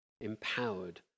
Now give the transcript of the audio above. empowered